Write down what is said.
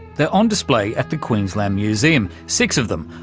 they're on display at the queensland museum, six of them,